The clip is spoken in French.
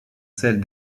celles